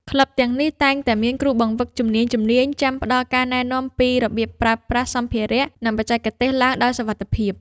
ក្លឹបទាំងនេះតែងតែមានគ្រូបង្វឹកជំនាញៗចាំផ្ដល់ការណែនាំពីរបៀបប្រើប្រាស់សម្ភារៈ និងបច្ចេកទេសឡើងដោយសុវត្ថិភាព។